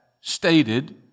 stated